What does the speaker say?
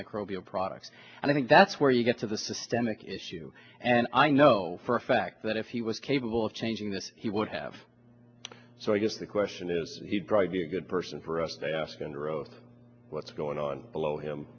microbial products and i think that's where you get to the systemic issue and i know for a fact that if he was capable of changing this he would have so i guess the question is he'd probably be a good person for us to ask under oath what's going on below him